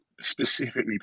specifically